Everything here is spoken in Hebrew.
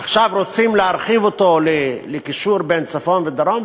עכשיו רוצים להרחיב אותו לקישור בין צפון לדרום?